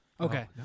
Okay